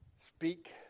speak